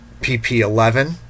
PP11